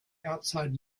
outside